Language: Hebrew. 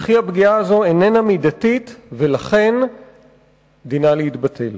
וכי הפגיעה הזאת איננה מידתית, ולכן דינה להתבטל.